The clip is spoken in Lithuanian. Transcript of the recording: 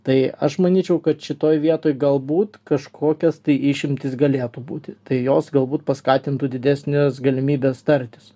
tai aš manyčiau kad šitoj vietoj galbūt kažkokias tai išimtis galėtų būti tai jos galbūt paskatintų didesnes galimybes tartis